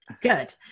Good